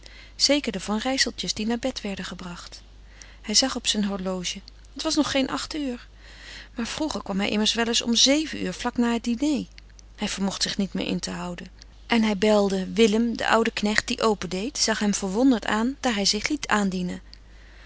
zeker de van rijseltjes die naar bed werden gebracht en hij zag op zijn horloge het was nog geen acht uur maar vroeger kwam hij immers wel eens om zeven uur vlak na het diner hij vermocht zich niet meer in te houden en hij belde willem de oude knecht die open deed zag hem verwonderd aan daar hij zich liet aandienen